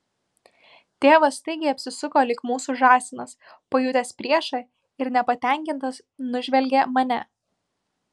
tėvas staigiai apsisuko lyg mūsų žąsinas pajutęs priešą ir nepatenkintas nužvelgė mane